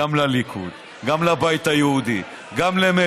גם לליכוד, גם לבית היהודי, גם למרצ.